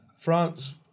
France